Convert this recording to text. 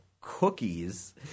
cookies